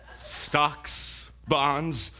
stocks, bonds,